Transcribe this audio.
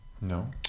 No